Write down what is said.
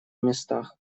местах